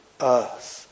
earth